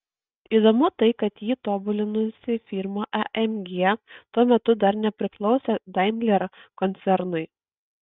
įdomu tai kad jį tobulinusi firma amg tuo metu dar nepriklausė daimler koncernui